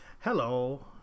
Hello